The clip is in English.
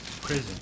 prison